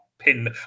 pin